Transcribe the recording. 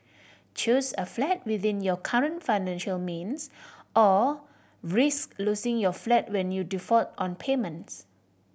choose a flat within your current financial means or risk losing your flat when you default on payments